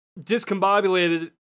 discombobulated